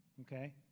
okay